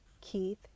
Keith